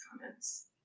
comments